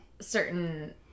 certain